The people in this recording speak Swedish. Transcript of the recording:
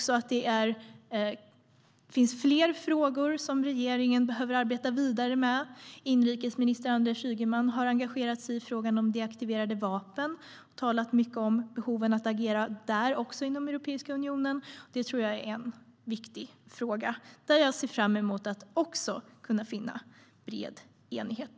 Det finns fler frågor som regeringen behöver arbeta vidare med. Inrikesminister Anders Ygeman har engagerat sig i frågan om deaktiverade vapen och talat mycket om behoven av att agera även där inom Europeiska unionen. Det är en viktig fråga där jag ser fram emot att också finna bred enighet.